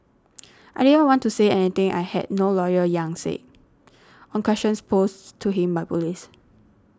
I didn't want to say anything I had no lawyer Yang said on questions posed to him by police